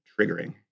triggering